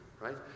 right